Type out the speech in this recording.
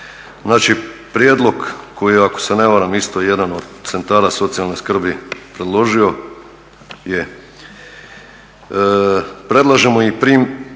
Znači, prijedlog koji je ako se ne varam isto jedan od centara socijalne skrbi predložio je predlažemo promjenu